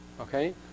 okay